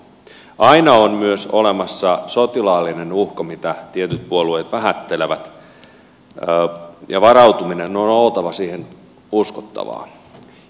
aina on myös olemassa sotilaallinen uhka mitä tietyt puolueet vähättelevät ja varautumisen siihen on oltava uskottavaa